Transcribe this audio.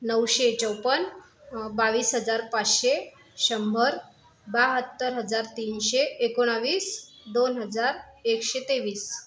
नऊशे चौपन्न बावीस हजार पाचशे शंभर बहात्तर हजार तीनशे एकोणावीस दोन हजार एकशे तेवीस